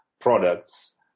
products